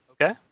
Okay